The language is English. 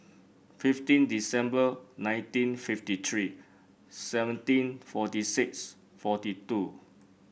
fifteen December nineteen fifty three seventeen forty six forty two